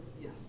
Yes